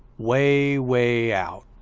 way, way out!